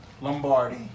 Lombardi